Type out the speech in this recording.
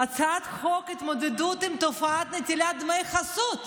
הצעת חוק התמודדות עם תופעת נטילת דמי חסות,